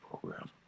program